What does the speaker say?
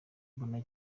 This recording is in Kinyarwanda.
mbona